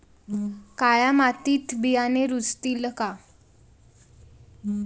काळ्या मातीत बियाणे रुजतील का?